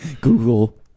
Google